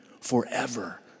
forever